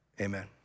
amen